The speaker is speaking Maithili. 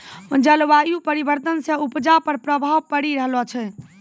जलवायु परिवर्तन से उपजा पर प्रभाव पड़ी रहलो छै